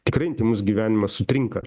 tikrai intymus gyvenimas sutrinka